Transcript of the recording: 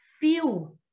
feel